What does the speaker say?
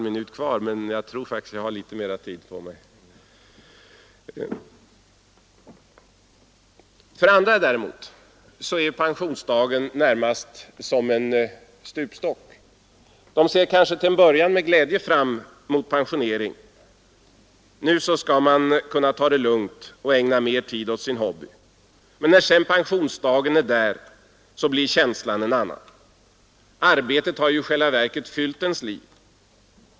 Men för många andra känns pensionsdagen närmast som en stupstock. De ser kanske till en början med glädje fram mot pensioneringen. Nu skall man kunna ta det lugnt och ägna mer tid åt sin hobby. Men när pensionsdagen väl är där blir känslan en annan. Arbetet har i själva verket fyllt ens liv.